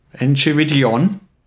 Enchiridion